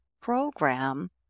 program